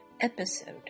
episode